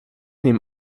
neem